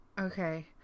Okay